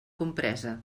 compresa